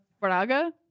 Braga